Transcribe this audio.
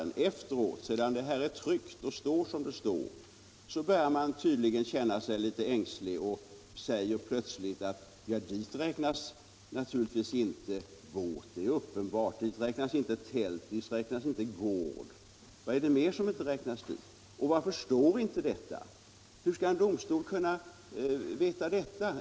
Nu efteråt, sedan det här är tryckt och står som det står, börjar man tydligen känna sig litet ängslig och säger plötsligt här i kammaren att dit räknas naturligtvis inte båt — det är uppenbart —- och dit räknas inte tält eller gård. Vad är det mer som inte räknas dit och varför står inte det? Hur skall en domstol kunna veta detta?